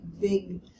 big